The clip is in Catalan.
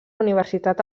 universitat